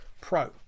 pro